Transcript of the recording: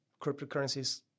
cryptocurrencies